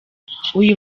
uyu